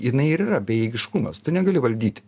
jinai ir bejėgiškumas tu negali valdyti